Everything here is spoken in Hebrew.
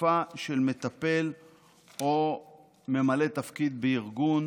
תקיפה של מטפל או ממלא תפקיד בארגון